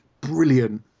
brilliant